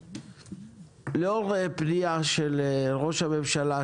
לאור פניה של ראש הממשלה,